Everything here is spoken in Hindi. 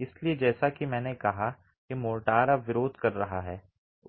इसलिए जैसा कि मैंने कहा कि मोर्टार अब विरोध कर रहा है